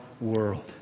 world